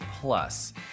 Plus